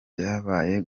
byabaye